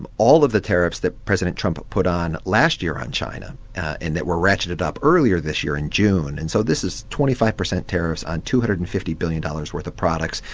all of the tariffs that president trump put on last year on china and that were ratcheted up earlier this year in june and so this is twenty five percent tariffs on two hundred and fifty billion dollars worth of products.